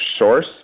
source